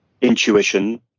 intuition